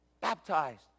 baptized